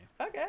Okay